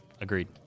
Agreed